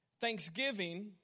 Thanksgiving